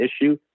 issue